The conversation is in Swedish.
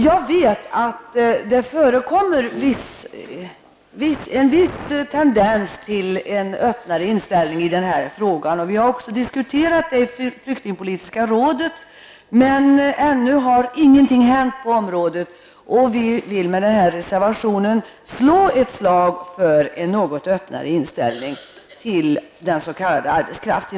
Jag vet att det förekommer en viss tendens till öppnare inställning i den här frågan, och vi har också diskuterat detta i flyktingpolitiska rådet. Men ännu har ingenting hänt på området, och vi vill med den här reservationen slå ett slag för en något öppnare inställning till den s.k.